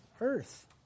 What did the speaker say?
earth